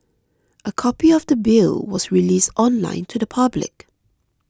a copy of the Bill was released online to the public